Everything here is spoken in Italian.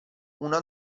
una